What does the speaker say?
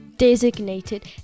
Designated